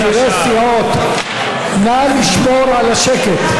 בין השאר, מזכירי סיעות, נא לשמור על השקט.